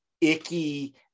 icky